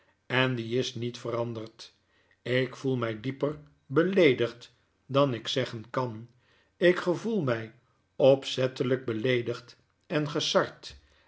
en die isnietveranderd ikvoelmij dieper beleedigd dan ik zeggen kan ik gevoel mij opzettelgk beleedigd en gesard